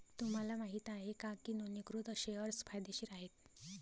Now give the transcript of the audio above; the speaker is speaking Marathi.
तुम्हाला माहित आहे का की नोंदणीकृत शेअर्स फायदेशीर आहेत?